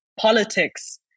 politics